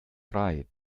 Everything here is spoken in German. drei